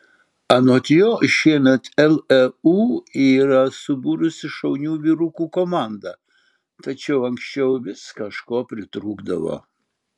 anot jo šiemet leu yra subūrusi šaunių vyrukų komandą tačiau anksčiau vis kažko pritrūkdavo